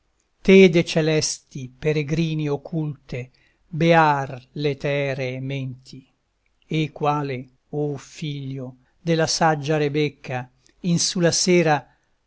de celesti peregrini occulte beàr l'eteree menti e quale o figlio della saggia rebecca in su la sera